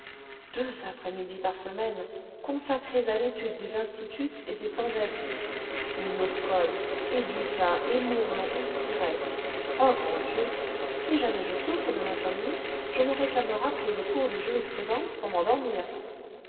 deux après-midi par semaine consacrées à l'étude des institutes et des pandectes et nos codes et dupin et mouflon et sirey ah grand dieu si jamais je souffre de l'insomnie je n'aurai qu'à me rappeler le cours de jurisprudence pour m'endormir